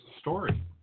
story